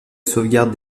sauvegarde